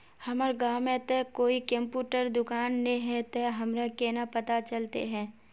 हमर गाँव में ते कोई कंप्यूटर दुकान ने है ते हमरा केना पता चलते है?